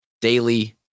daily